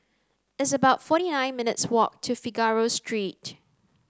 it's about forty nine minutes' walk to Figaro Street